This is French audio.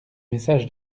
message